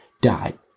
died